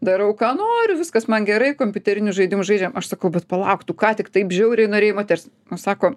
darau ką noriu viskas man gerai kompiuterinius žaidimus žaidžiam aš sakau bet palauk tu ką tik taip žiauriai norėjai moters nu sako